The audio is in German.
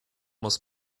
muss